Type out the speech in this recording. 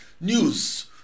news